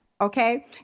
Okay